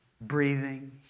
breathing